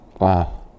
Wow